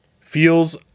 feels